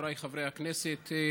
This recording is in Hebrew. חבריי חברי הכנסת,